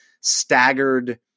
staggered